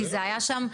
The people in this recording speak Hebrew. כי זה היה שם,